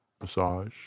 massage